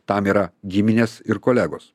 tam yra giminės ir kolegos